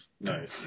Nice